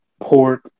pork